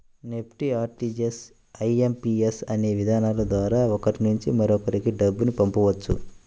NEFT, RTGS, IMPS అనే విధానాల ద్వారా ఒకరి నుంచి మరొకరికి డబ్బును పంపవచ్చు